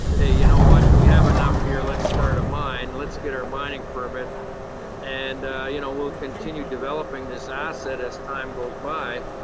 hey, you know what, we have enough here, let's start a mine. let's get our mining permit and you know we'll continue developing this asset as time goes by.